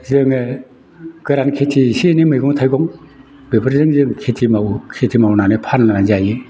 जोङो गोरान खेथि एसे एनै मैगं थाइगं बेफोरजों जों खेथि मावो खेथि मावनानै फाननानै जायो